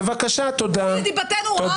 מוציא דיבתנו רעה.